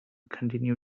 continue